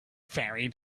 fairy